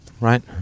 Right